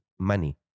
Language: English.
Money